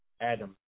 Adam